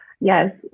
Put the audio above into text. Yes